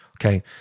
okay